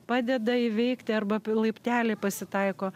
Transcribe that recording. padeda įveikt arba p laipteliai pasitaiko